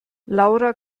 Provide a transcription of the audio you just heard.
laura